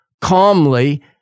calmly